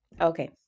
Okay